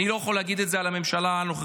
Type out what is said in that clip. אני לא יכול להגיד את זה על הממשלה הנוכחית.